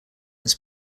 its